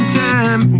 time